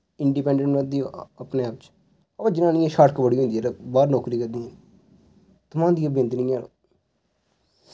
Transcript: independent बनांदी अपनै आप च अवा जनानियें शरक बड़ी होंदी जरा बाह्र नौकरी करने दी थमांदियां बिंद बी नी हैन